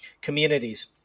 communities